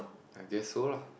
I guess so lah